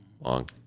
long